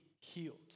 healed